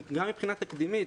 מבחינה תקדימית.